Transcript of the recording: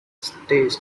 stays